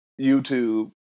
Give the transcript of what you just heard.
YouTube